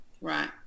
Right